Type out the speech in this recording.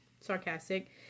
Sarcastic